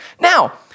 Now